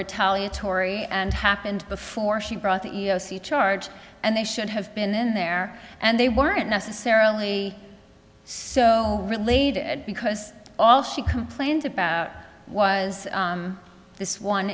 retaliatory and happened before she brought the e e o c charge and they should have been there and they weren't necessarily so related because all she complained about was this one